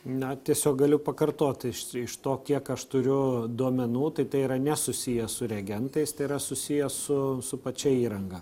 na tiesiog galiu pakartoti iš iš to kiek aš turiu duomenų tai tai yra nesusiję su reagentais tai yra susiję su su pačia įranga